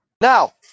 Now